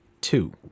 two